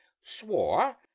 swore